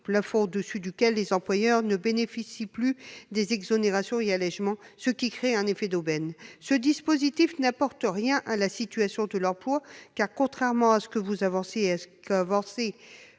le SMIC : au-delà, les employeurs ne bénéficient plus des exonérations et allégements, ce qui crée un effet d'aubaine. Ce dispositif n'améliore en rien la situation de l'emploi, car, contrairement à ce qu'a affirmé